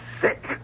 sick